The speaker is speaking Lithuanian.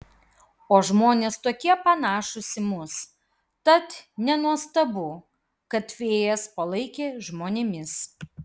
o žmonės tokie panašūs į mus tad nenuostabu kad fėjas palaikė žmonėmis